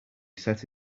set